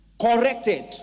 corrected